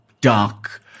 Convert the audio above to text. dark